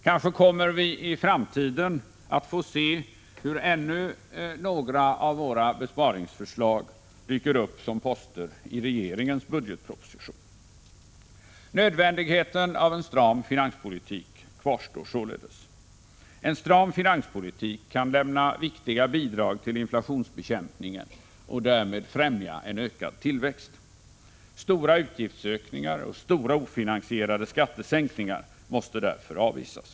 Kanske kommer vi i framtiden att få se hur ytterligare några av besparingsförslagen dyker upp som poster i regeringens budgetproposition. Nödvändigheten av en stram finanspolitik kvarstår således. En stram finanspolitik kan lämna viktiga bidrag till inflationsbekämpningen och därmed främja en ökad tillväxt. Stora utgiftsökningar och stora ofinansierade skattesänkningar måste därför avvisas.